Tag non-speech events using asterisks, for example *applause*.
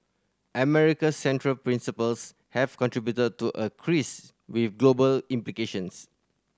America's central principles have contributed to a *unintelligible* with global implications